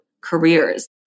careers